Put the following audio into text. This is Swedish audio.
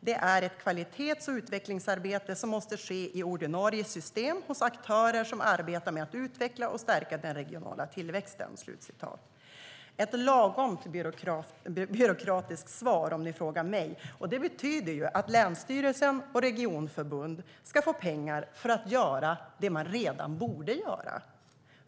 Det är ett kvalitets och utvecklingsarbete som måste ske i ordinarie system hos aktörer som arbetar med att utveckla och stärka den regionala tillväxten." Det är ett lagom byråkratiskt svar, om ni frågar mig. Det betyder ju att länsstyrelsen och regionförbund ska få pengar för att göra det de redan borde göra.